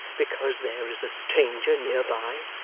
because there is a stranger nearby